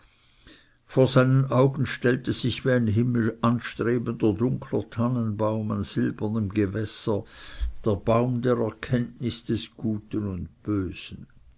vor seine augen stellte sich wie ein himmelanstrebender dunkler tannenbaum an silbernem gewässer der baum der erkenntnis des guten und bösen